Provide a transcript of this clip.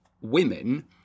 women